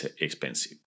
expensive